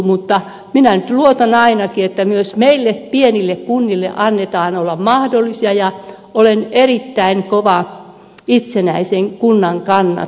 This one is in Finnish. mutta minä nyt luotan ainakin että myös meille pienille kunnille annetaan mahdollisuus olla olemassa ja olen erittäin kova itsenäisen kunnan kannattaja